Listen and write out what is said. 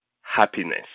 happiness